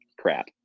Crap